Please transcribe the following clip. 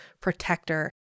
protector